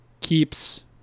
keeps